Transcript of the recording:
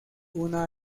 una